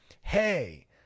Hey